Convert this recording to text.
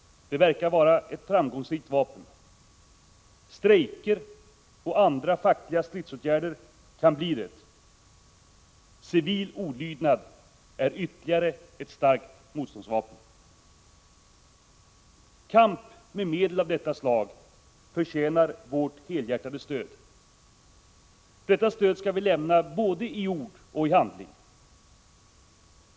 De verkar vara ett framgångsrikt vapen. Strejker och andra fackliga stridsåtgärder kan bli det. Civil olydnad är ytterligare ett starkt motståndsvapen. Kamp med medel av dessa slag förtjänar vårt helhjärtade stöd. Detta stöd skall vi lämna, både i ord och i handling.